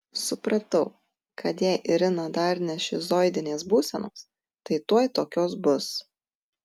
supratau kad jei irina dar ne šizoidinės būsenos tai tuoj tokios bus